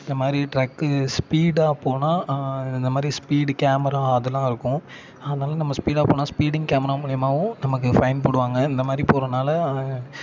இந்த மாதிரி டிரக்கு ஸ்பீடாக போனால் இந்த மாதிரி ஸ்பீடு கேமரா அதெல்லாம் இருக்கும் அதனால நம்ம ஸ்பீடாக போனால் ஸ்பீடிங் கேமரா மூலமாவும் நமக்கு ஃபைன் போடுவாங்க இந்த மாதிரி போகிறனால